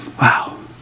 Wow